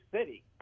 city